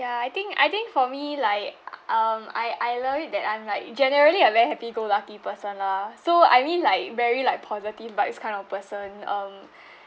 ya I think I think for me like um I I love it that I'm like generally a very happy go lucky person lah so I mean like very like positive vibes kind of person um